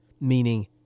meaning